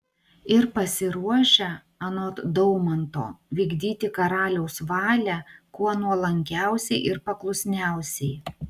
ir pasiruošę anot daumanto vykdyti karaliaus valią kuo nuolankiausiai ir paklusniausiai